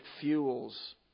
fuels